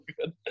good